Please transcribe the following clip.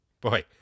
Boy